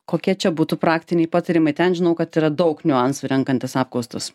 kokie čia būtų praktiniai patarimai ten žinau kad yra daug niuansų renkantis apkaustus